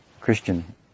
Christian